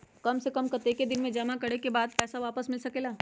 काम से कम कतेक दिन जमा करें के बाद पैसा वापस मिल सकेला?